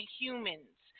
humans